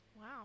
Wow